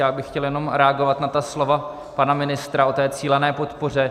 Já bych chtěl jenom reagovat na ta slova pana ministra o té cílené podpoře.